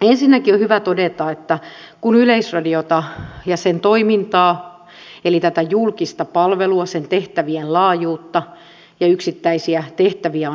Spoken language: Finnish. ensinnäkin on hyvä todeta että kun on arvioitu yleisradiota ja sen toimintaa eli tätä julkista palvelua sen tehtävien laajuutta ja yksittäisiä tehtäviä